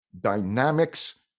dynamics